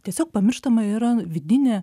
tiesiog pamirštama yra vidinė